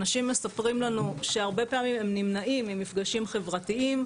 אנשים מספרים לנו שהרבה פעמים הם נמנעים ממפגשים חברתיים,